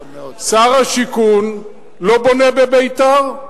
שר השיכון לא בונה בביתר.